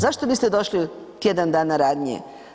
Zašto biste došli tjedan dana ranije?